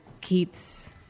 Keats